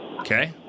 Okay